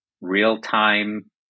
real-time